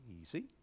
easy